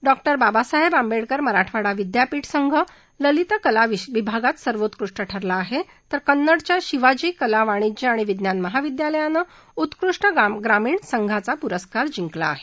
doctor े बाबासाहेब आंबेडकर मराठवाडा विद्यापीठ संघ ललित कला विभागात सर्वोत्कृष्ट ठरला आहे तर कन्नडच्या शिवाजी कला वाणिज्य आणि विज्ञान महाविद्यालयानं उत्कृष्ट ग्रामीण संघाचा पुरस्कार जिंकला आहे